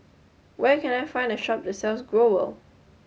where can I find a shop that sells Growell